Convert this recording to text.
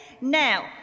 now